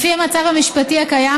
לפי המצב המשפטי הקיים,